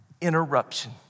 interruption